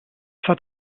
hat